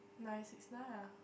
nine six nine ah